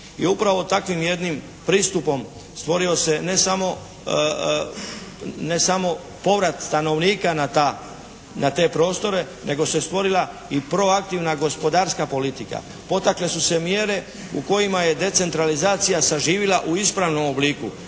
I upravo takvim jednim pristupom stvorio se ne samo povrat stanovnika na te prostore, nego se stvorila i proaktivna gospodarska politika. Potakle su se mjere u kojima je decentralizacija saživila u ispravnom obliku.